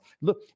look